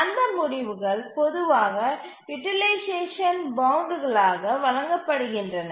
அந்த முடிவுகள் பொதுவாக யூட்டிலைசேஷன் பவுண்ட்ஸ்களாக வழங்கப்படுகின்றன